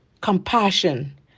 compassion